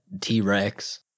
T-Rex